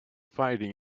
fighting